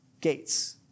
Gates